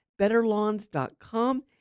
betterlawns.com